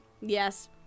Yes